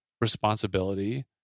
responsibility